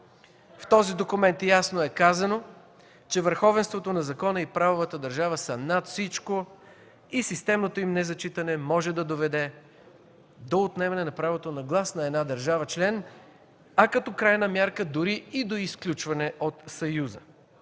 В този документ ясно е казано, че върховенството на закона и правовата държава са над всичко и системното им незачитане може да доведе до отнемане на правото на глас на една държава член, а като крайна мярка дори и до изключване от Съюза.